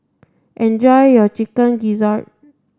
enjoy your chicken gizzard